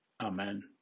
Amen